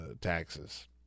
taxes